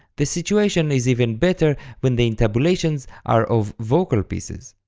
the situation is even better when the intabulations are of vocal pieces